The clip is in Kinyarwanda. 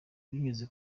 binyuze